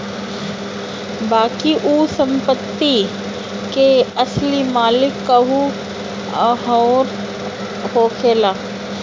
बाकी ओ संपत्ति के असली मालिक केहू अउर होखेला